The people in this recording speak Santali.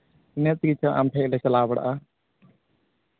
ᱤᱱᱟᱹ ᱛᱮᱜᱮ ᱛᱚ ᱟᱢ ᱴᱷᱮᱱ ᱞᱮ ᱪᱟᱞᱟᱣ ᱵᱟᱲᱟᱜᱼᱟ